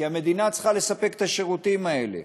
כי המדינה צריכה לספק את השירותים האלה.